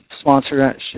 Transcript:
sponsorship